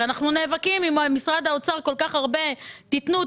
הרי אנחנו נאבקים עם משרד האוצר כל כך הרבה: תנו,